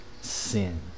sin